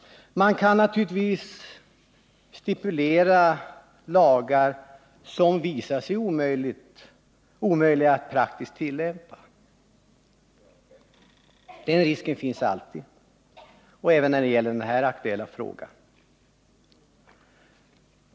Man kan naturligtvis stipulera lagar som visar sig omöjliga att praktiskt tillämpa. Den risken finns alltid och således även i den här aktuella frågan.